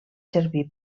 servir